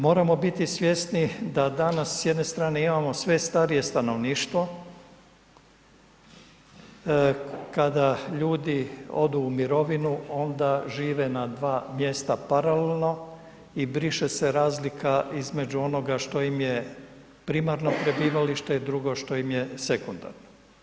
Moramo biti svjesni da danas s jedne strane imamo sve starije stanovništvo, kada ljudi odu u mirovinu onda žive na dva mjesta paralelno i briše se razlika između onoga što ime primarno prebivalište i drugo što im je sekundarno.